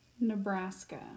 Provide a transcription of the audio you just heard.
nebraska